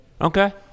Okay